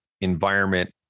environment